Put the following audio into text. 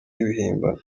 ibihimbano